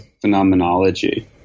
phenomenology